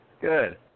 Good